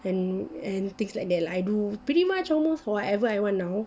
and and things like that lah I do pretty much almost whatever I want now